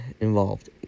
involved